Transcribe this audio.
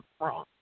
wrong